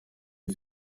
iyi